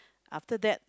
after that